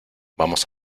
vamos